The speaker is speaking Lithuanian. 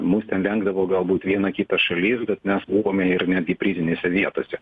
mus ten rengdavo galbūt viena kita šalis bet mes buvome ir netgi prizinėse vietose